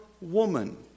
woman